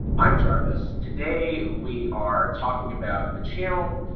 i'm jarvis. today, we are talking about a channel